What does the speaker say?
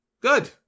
Good